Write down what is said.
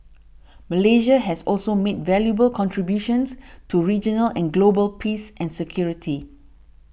Malaysia has also made valuable contributions to regional and global peace and security